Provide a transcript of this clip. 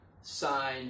sign